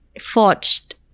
forged